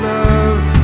love